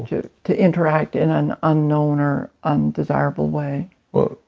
to to interact in an unknown or undesirable way well,